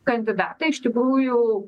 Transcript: kandidatai iš tikrųjų